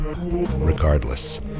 Regardless